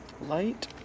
Light